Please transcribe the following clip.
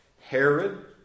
Herod